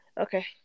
Okay